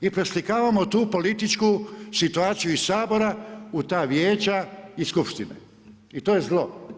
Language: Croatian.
I preslikavamo tu političku situaciju iz Sabora u ta vijeća i skupštine i to je zlo.